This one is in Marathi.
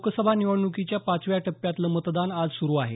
लोकसभा निवडणुकीच्या पाचव्या टप्प्यातलं मतदान आज सुरू आहे